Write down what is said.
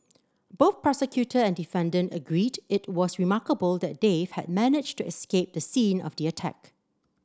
both prosecutor and defendant agreed it was remarkable that Dave had managed to escape the scene of the attack